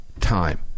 time